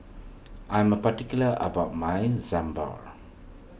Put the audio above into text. I am particular about my Sambar